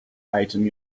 item